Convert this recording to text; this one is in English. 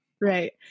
Right